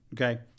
Okay